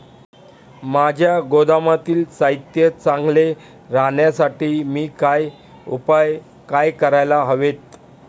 माझ्या गोदामातील साहित्य चांगले राहण्यासाठी मी काय उपाय काय करायला हवेत?